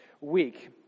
week